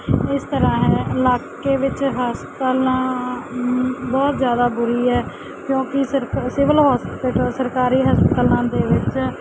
ਇਸ ਤਰ੍ਹਾਂ ਹੈ ਇਲਾਕੇ ਵਿੱਚ ਹਸਪਤਾਲਾਂ ਨੂੰ ਬਹੁਤ ਜ਼ਿਆਦਾ ਬੁਰੀ ਹੈ ਕਿਉਂਕਿ ਸਿਰਫ ਸਿਵਿਲ ਹੋਸਪਿਟਲ ਸਰਕਾਰੀ ਹਸਪਤਾਲਾਂ ਦੇ ਵਿੱਚ